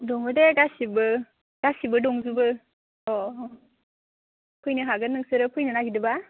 दङ दे गासिबो गासिबो दंजोबो अ फैनो हागोन नोंसोरो फैनो नागिरदोंबा